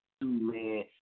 man